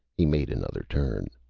he made another turn.